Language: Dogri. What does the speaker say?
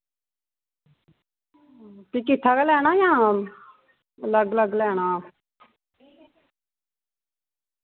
फ्ही किट्ठा गै लैना यां अलग अलग लैना